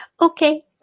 okay